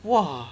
!wah!